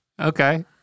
Okay